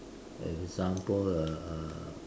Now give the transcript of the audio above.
example a a a